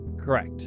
correct